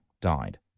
died